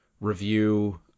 review